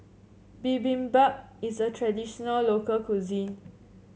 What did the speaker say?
bibimbap is a traditional local cuisine